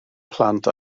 plant